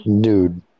Dude